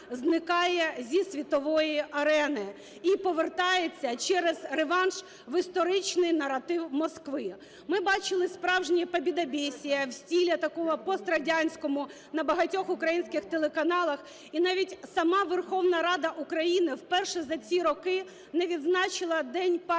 зникає зі світової арени і повертається через реванш в історичний наратив Москви. Ми бачили справжнє "побєдобєсіє" в стиле такому пострадянському на багатьох українських телеканалах. І навіть сама Верховна Рада України вперше за ці роки не відзначила День пам'яті